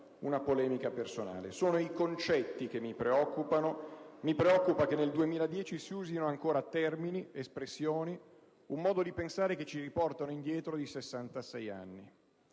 una polemica personale. Sono i concetti che mi preoccupano. Mi preoccupa che nel 2010 si usino ancora termini, espressioni e un modo di pensare che ci riportano indietro di 66 anni.